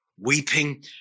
weeping